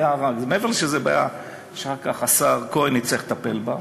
מעבר לזה שזאת בעיה שאחר כך השר כהן יצטרך לטפל בה,